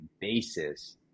basis